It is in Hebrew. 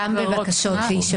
וגם בבקשות להישפט?